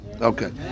Okay